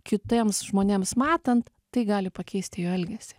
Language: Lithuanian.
kitiems žmonėms matant tai gali pakeisti jo elgesį